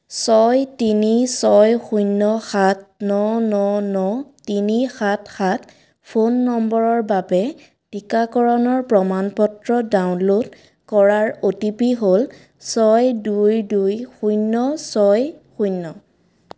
ছয় তিনি ছয় শূন্য সাত ন ন ন তিনি সাত সাত ফোন নম্বৰৰ বাবে টিকাকৰণৰ প্ৰমাণ পত্ৰ ডাউনলোড কৰাৰ অ' টি পি হ'ল ছয় দুই দুই শূন্য ছয় শূন্য